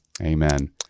Amen